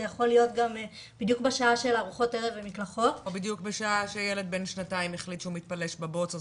24 שעות זה לא רק הילדים בבית, זה